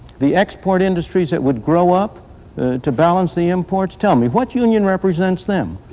the export industries that would grow up to balance the imports tell me, what union represents them?